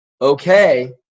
okay